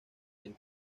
quien